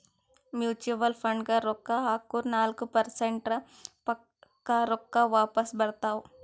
mutual ಫಂಡ್ನಾಗ್ ರೊಕ್ಕಾ ಹಾಕುರ್ ನಾಲ್ಕ ಪರ್ಸೆಂಟ್ರೆ ಪಕ್ಕಾ ರೊಕ್ಕಾ ವಾಪಸ್ ಬರ್ತಾವ್